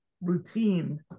routine